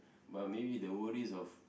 but maybe the worries of